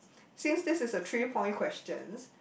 since this is a three point questions